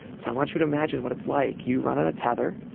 so i want you to imagine what it's like. you run on a tether.